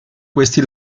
questi